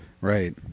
Right